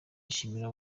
yishimiye